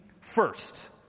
first